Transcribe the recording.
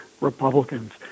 Republicans